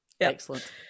Excellent